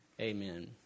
Amen